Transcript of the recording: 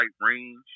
range